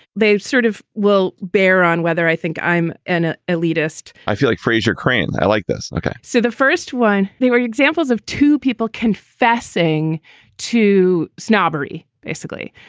they sort of will bear on whether i think i'm an ah elitist i feel like frasier crane. i like this. ok. so the first one. they were examples of two people confessing to snobbery basically,